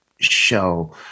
show